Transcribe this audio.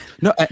No